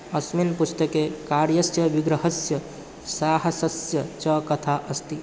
अस्मिन् पुस्तके कार्यस्य विग्रहस्य साहसस्य च कथा अस्ति